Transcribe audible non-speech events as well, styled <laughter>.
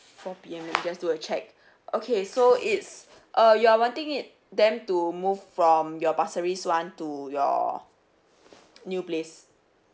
four P_M let me just do a check <breath> okay so it's uh you are wanting it them to move from your pasir ris one to your <breath> new place